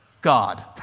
God